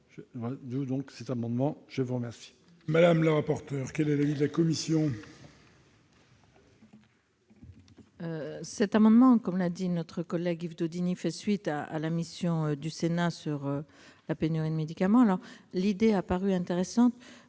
Je vous remercie